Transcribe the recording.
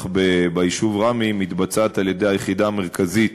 ביישוב ראמה מתבצעת על-ידי היחידה המרכזית